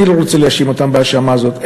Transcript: אבל אני לא רוצה להאשים אותם בהאשמה הזאת.